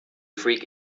freak